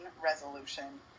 resolution